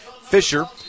Fisher